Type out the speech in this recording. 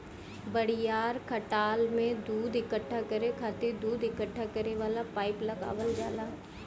बड़ियार खटाल में दूध इकट्ठा करे खातिर दूध इकट्ठा करे वाला पाइप लगावल जाला